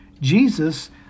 Jesus